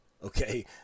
Okay